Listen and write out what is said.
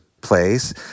place